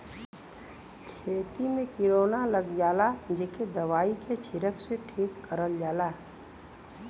खेती में किरौना लग जाला जेके दवाई के छिरक के ठीक करल जाला